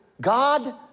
God